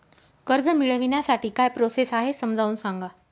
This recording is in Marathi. कर्ज मिळविण्यासाठी काय प्रोसेस आहे समजावून सांगा